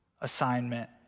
assignment